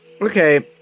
Okay